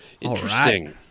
Interesting